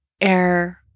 air